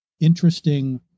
interesting